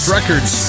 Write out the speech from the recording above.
Records